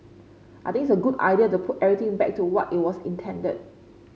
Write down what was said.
I think it's a good idea to put everything back to what it was intended